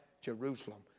Jerusalem